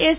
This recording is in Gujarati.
એસ